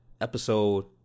episode